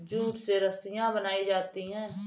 jute से रस्सियां बनायीं जाती है